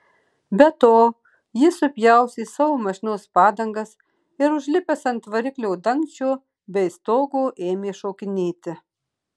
be to jis supjaustė savo mašinos padangas ir užlipęs ant variklio dangčio bei stogo ėmė šokinėti